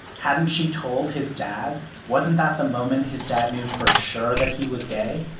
hadn't she told his dad? wasn't that the moment his dad knew for sure that he was gay?